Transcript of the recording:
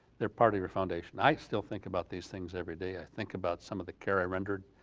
they're part of your foundation. i still think about these things every day, i think about some of the care i rendered.